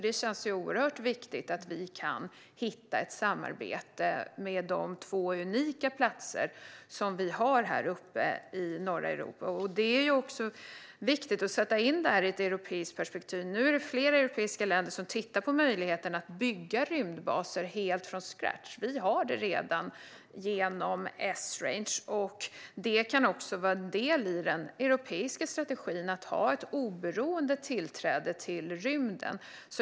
Det känns ju oerhört viktigt att vi kan hitta ett samarbete mellan de två unika platser vi har här uppe i norra Europa. Det är också viktigt att sätta in detta i ett europeiskt perspektiv; nu är det flera europeiska länder som tittar på möjligheten att bygga rymdbaser helt från scratch. Vi har redan en, genom Esrange, och det kan vara en del i den europeiska strategin att ha ett oberoende tillträde till rymden.